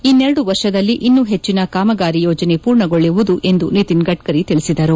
ಇನ್ನೆರಡು ವರ್ಷದಲ್ಲಿ ಇನ್ನೂ ಹೆಚ್ಚನ ಕಾಮಗಾರಿ ಯೋಜನೆ ಪೂರ್ಣಗೊಳ್ಳುವುದು ಎಂದು ನಿತಿನ್ ಗಡ್ತರಿ ತಿಳಿಸಿದರು